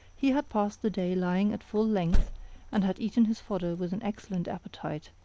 he had passed the day lying at full length and had eaten his fodder with an excellent appetite,